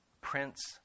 Prince